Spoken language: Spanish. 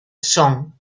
son